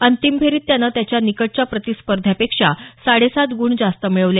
अंतिम फेरीत त्यानं त्याच्या निकटच्या प्रतिस्पर्ध्यापेक्षा साडेसात गुण जास्त मिळवले